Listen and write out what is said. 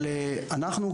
אבל אנחנו,